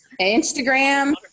Instagram